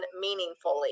meaningfully